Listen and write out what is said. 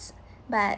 but